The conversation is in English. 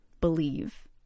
believe